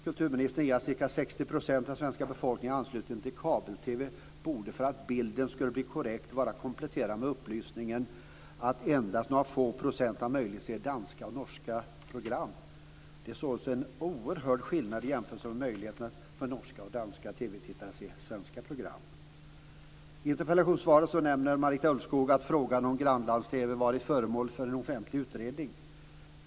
Kulturministerns uppgift att ca 60 % av den svenska befolkningen är ansluten till kabel-TV borde för att bilden ska bli korrekt kompletteras med upplysningen att endast några få procent har möjlighet att se danska och norska program. Det är således en oerhörd skillnad jämfört med möjligheterna för norska och danska TV-tittare att se svenska program. I sitt interpellationssvar nämner Marita Ulvskog att frågan om grannlands-TV har varit föremål för en offentlig utredning.